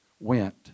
went